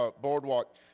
boardwalk